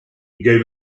gave